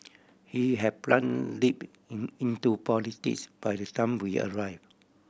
he had plunge deep in into politics by the time we arrive